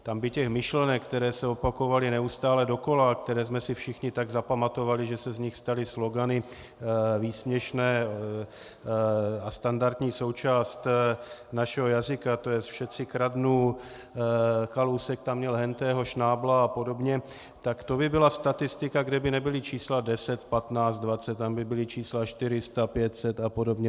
Tam by těch myšlenek, které se opakovaly neustále dokola a které jsme si všichni tak zapamatovali, že se z nich staly slogany, výsměšné a standardní součásti našeho jazyka, tj. všetci kradnú, Kalousek tam měl hentéhož Šnábla apod., tak to by byla statistika, kde by nebyla čísla 10, 15, 20, tam by byla čísla 400, 500 apod.